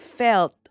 felt